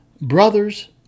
Brothers